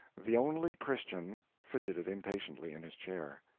the only christian fidgeted impatiently in his chair.